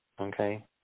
okay